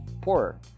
poorer